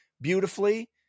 beautifully